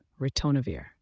Ritonavir